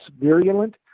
virulent